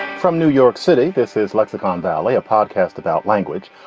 from new york city, this is lexicon valley, a podcast about language.